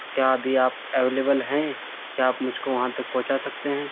تو کیا ابھی آپ اویلیبل ہیں کیا آپ مجھ کو وہاں تک پہنچا سکتے ہیں